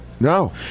No